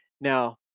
Now